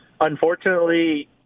Unfortunately